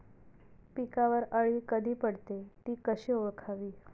पिकावर अळी कधी पडते, ति कशी ओळखावी?